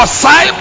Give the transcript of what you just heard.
Osai